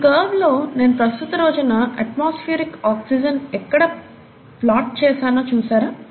ఈ కర్వ్ లో నేను ప్రస్తుత రోజున అట్మాస్పియరిక్ ఆక్సిజన్ ని ఎక్కడ ప్లాట్ చేసానో చూసారా